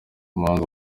umuhanzi